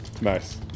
Nice